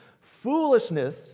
Foolishness